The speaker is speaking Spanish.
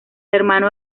hermano